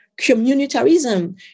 communitarism